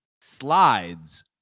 slides